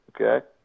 okay